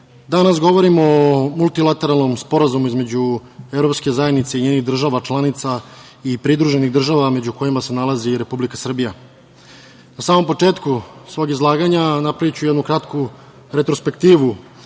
danas govorimo o multilateralnom sporazumu između evropske zajednice i njenih država-članica i pridruženih država među kojima se nalazi i Republika Srbija. Na samom početku svog izlaganja napraviću jednu kratku retrospektivu